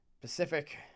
pacific